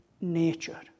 nature